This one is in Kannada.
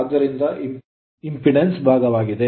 ಆದ್ದರಿಂದಲೇ impedance ಅಡೆತಡೆ ಭಾಗವಿದೆ